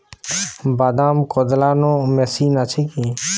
বাদাম কদলানো মেশিন আছেকি?